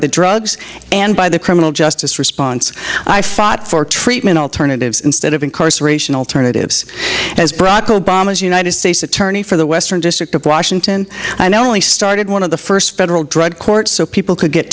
the drugs and by the criminal justice response i fought for treatment alternatives instead of incarceration alternatives as bronco bombers united states attorney for the western district of washington and only started one of the first federal drug courts so people could get